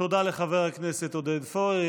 תודה לחבר הכנסת עודד פורר.